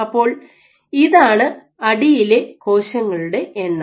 അപ്പോൾ ഇതാണ് അടിയിലെ കോശങ്ങളുടെ എണ്ണം